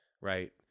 Right